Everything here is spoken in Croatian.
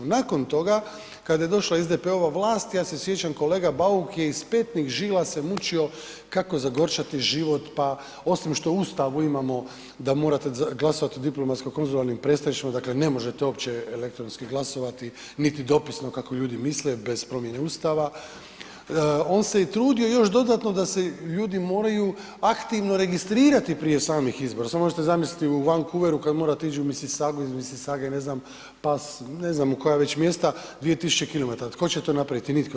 Nakon toga, kada je došla SDP-ova vlast, ja se sjećam kolega Bauk je iz petnih žila se mučio kako zagorčati život pa osim što u Ustavu imamo da morate glasovati u diplomatsko-konzularnim predstavništvima, dakle ne možete uopće elektronski glasovati niti dopisno kako ljudi misle bez promjene Ustava, on se trudio još dodatno da se ljudi moraju aktivno registrirati prije samih izbora, sad možete zamisliti u Vancouveru kad morate ići u Missisaugu, iz Missisaugu ne znam u koja već mjesta, 2000 km, tko će to napraviti, nitko.